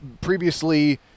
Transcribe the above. previously